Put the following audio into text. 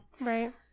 Right